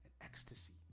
ecstasy